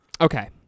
Okay